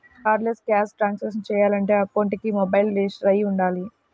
cardless cash transactions చెయ్యాలంటే అకౌంట్కి mobile register అయ్యి వుండాలి